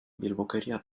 bilbokeria